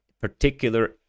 particular